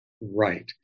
Right